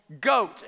GOAT